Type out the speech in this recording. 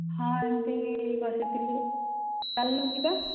ହଁ ଏମିତି ବସିଥିଲି ଚାଲୁନୁ ଯିବା